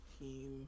team